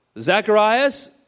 Zacharias